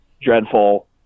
dreadful